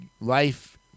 life